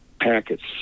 packets